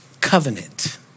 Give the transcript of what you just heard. covenant